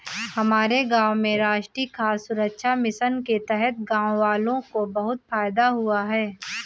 हमारे गांव में राष्ट्रीय खाद्य सुरक्षा मिशन के तहत गांववालों को बहुत फायदा हुआ है